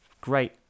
great